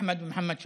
אחמד ומוחמד שרקייה,